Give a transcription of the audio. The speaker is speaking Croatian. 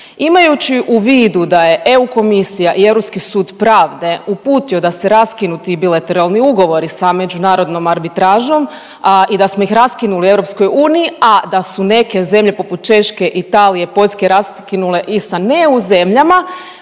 Imajući u vidu da je EU Komisija i Europski sud pravde uputio da se raskinu ti bilateralni ugovori sa međunarodnom arbitražom i da smo ih raskinuli u EU a da su neke zemlje poput Češke, Italije, Poljske raskinule i sa ne EU zemljama